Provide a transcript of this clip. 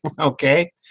Okay